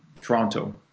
Toronto